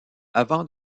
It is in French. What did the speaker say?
avant